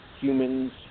humans